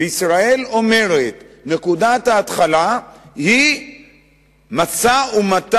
וישראל אומרת: נקודת ההתחלה היא משא-ומתן